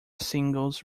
singles